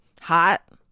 hot